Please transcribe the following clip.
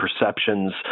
perceptions